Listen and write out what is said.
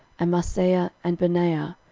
and maaseiah, and benaiah,